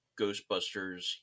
ghostbusters